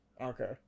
Okay